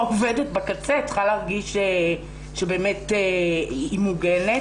העובדת בקצה צריכה להרגיש שבאמת היא מוגנת,